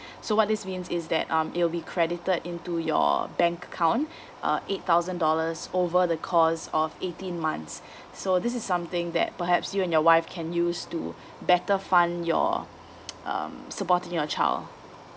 so what this means is that um it'll be credited into your bank account uh eight thousand dollars over the course of eighteen months so this is something that perhaps you and your wife can use to better fund your um supporting your child